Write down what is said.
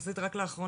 יחסית רק לאחרונה,